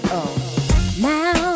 Now